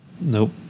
Nope